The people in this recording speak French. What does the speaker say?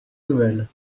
nouvelle